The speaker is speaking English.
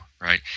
right